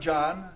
John